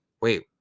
Wait